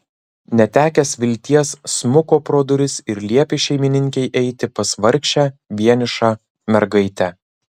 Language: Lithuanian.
netekęs vilties smuko pro duris ir liepė šeimininkei eiti pas vargšę vienišą mergaitę